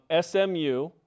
SMU